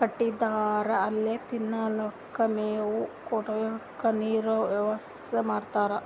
ಕಟ್ಟಿರ್ತಾರ್ ಅಲ್ಲೆ ತಿನಲಕ್ಕ್ ಮೇವ್, ಕುಡ್ಲಿಕ್ಕ್ ನೀರಿನ್ ವ್ಯವಸ್ಥಾ ಮಾಡಿರ್ತಾರ್